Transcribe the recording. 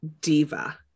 diva